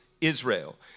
Israel